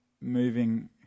moving